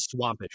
swampish